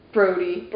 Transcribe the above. Brody